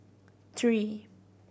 three